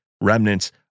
remnants